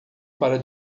para